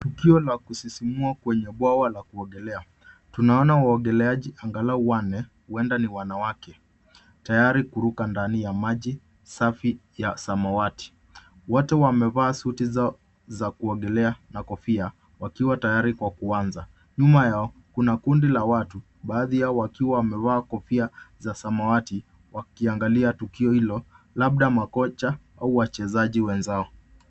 Tukio la kusisimua kwenye bwawa la kuogelea. Tunaona waogeleaji angalau wanne huenda ni wanawake tayari kuruka ndani ya maji safi ya samawati. Wote wamevaa suti za kuogelea na kofia wakiwa tayari Kwa kuanza. Nyuma yao kuna kundi la watu baadhi yao wakiwa wamevaa kofia za samawati wakiangalia tukio hilo labda makocha au wachezaji wenzao.